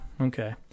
okay